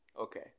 Okay